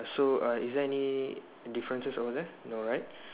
so err is there any differences over there no right